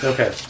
Okay